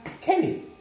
Kenny